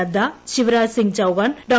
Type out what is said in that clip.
Nadda Shivraj Singh Chouhan Dr